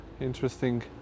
interesting